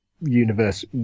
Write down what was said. universe